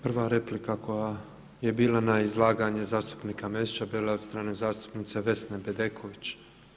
Prva replika koja je bila na izlaganje zastupnika Mesića bila je od strane zastupnice Vesne Bedeković.